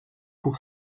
pour